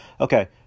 Okay